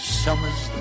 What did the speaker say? summer's